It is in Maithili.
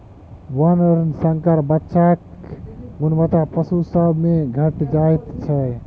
वर्णशंकर बच्चाक गुणवत्ता पशु सभ मे घटि जाइत छै